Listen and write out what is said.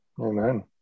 Amen